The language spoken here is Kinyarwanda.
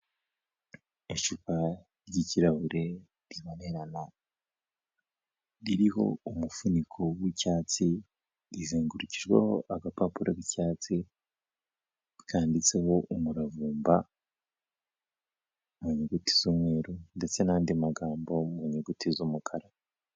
Icupa ry'ikirahure ribonerana ririho umufuniko w'icyatsi, rizengurukijweho agapapuro k'icyatsi kandiditseho umuravumba mu nyuguti z'umweru, ndetse n'andi magambo mu nyuguti z'umukara.